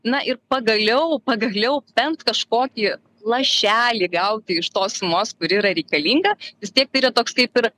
na ir pagaliau pagaliau bent kažkokį lašelį gauti iš tos sumos kuri yra reikalinga vis tiek tai yra toks kaip ir